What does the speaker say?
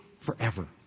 Forever